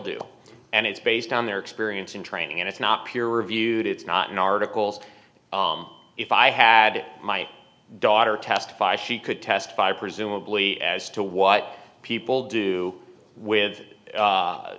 do and it's based on their experience and training and it's not peer reviewed it's not an article if i had my daughter testify she could testify presumably as to what people do with